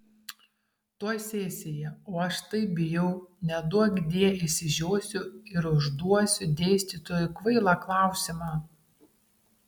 tuoj sesija o aš taip bijau neduokdie išsižiosiu ir užduosiu dėstytojui kvailą klausimą